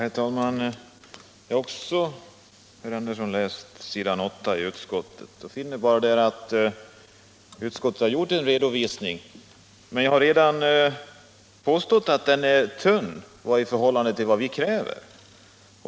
Herr talman! Jag har också, herr Andersson, läst vad som står på s. 8 i utskottets betänkande. Jag finner där bara att utskottet har lämnat en redovisning, men jag har redan påstått att den är tunn i förhållande till vad vi kräver.